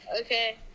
Okay